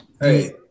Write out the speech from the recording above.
Hey